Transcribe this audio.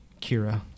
Kira